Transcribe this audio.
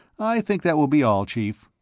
i think that will be all, chief.